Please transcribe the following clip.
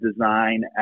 design